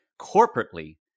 corporately